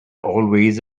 always